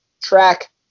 track